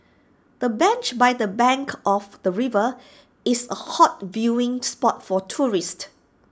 the bench by the bank of the river is A hot viewing spot for tourists